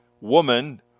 woman